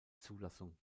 zulassung